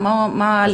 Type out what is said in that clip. מה ההליכים נגדו?